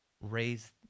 raise